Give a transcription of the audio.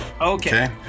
Okay